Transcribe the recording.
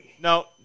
No